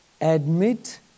admit